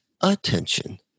attention